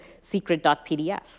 secret.pdf